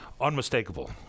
unmistakable